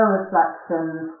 reflections